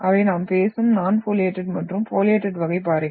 அவை நாம் பேசும் நான் பாலியேடட் மற்றும் பாலியேடட் வகை பாறைகள்